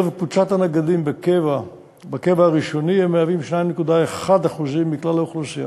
בקרב קבוצת הנגדים בקבע הראשוני הם מהווים 2.1% מכלל האוכלוסייה.